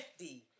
50